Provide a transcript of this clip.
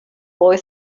boy